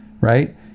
right